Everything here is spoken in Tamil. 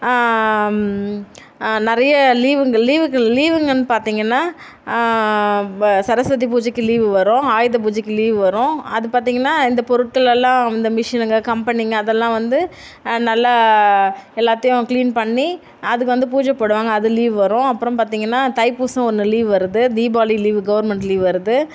நிறைய லீவுகள் லீவுகள் லீவுங்கனு பார்த்திங்கன்னா சரஸ்வதி பூஜைக்கு லீவு வரும் ஆயுத பூஜைக்கு லீவு வரும் அது பார்த்திங்கன்னா இந்த பொருட்கள் எல்லாம் இந்த மிஷினுங்கள் கம்பெனிங்கள் அதெல்லாம் வந்து நல்ல எல்லாத்தையும் க்ளீன் பண்ணி அதுக்கு வந்து பூஜை போடுவாங்க அது லீவ் வரும் அப்புறம் பார்த்திங்கன்னா தைப்பூசம் ஒன்று லீவ் வருது தீபாவளி லீவ் கவுர்மெண்ட் லீவ் வருது